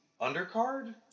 undercard